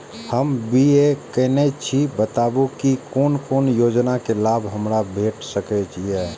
हम बी.ए केनै छी बताबु की कोन कोन योजना के लाभ हमरा भेट सकै ये?